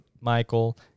Michael